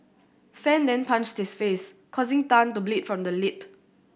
fan then punched his face causing Tan to bleed from the lip